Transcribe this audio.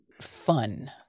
fun